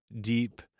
deep